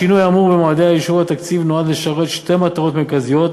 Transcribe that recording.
השינוי האמור במועדי אישור התקציב נועד לשרת שתי מטרות מרכזיות,